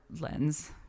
lens